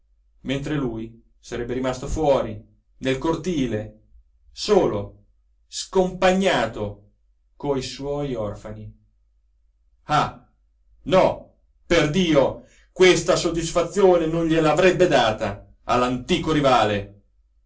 mentre lui sarebbe rimasto fuori nel cortile solo scompagnato coi suoi orfani ah no perdio questa soddisfazione non gliel'avrebbe data all'antico rivale